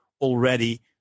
already